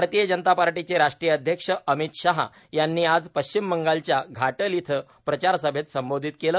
भारतीय जनता पार्टीचे राष्ट्रीय अध्यक्ष अमीत शाह यांनी आज पश्चिम बंगालच्या घाटल इथं प्रचार सभेला संबोधित केलं